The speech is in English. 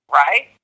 right